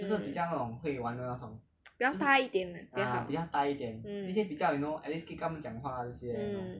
mm 比较大一点 ah mm mm